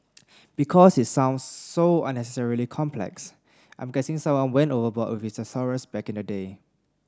because it sounds so unnecessarily complex I'm guessing someone went overboard with his thesaurus back in the day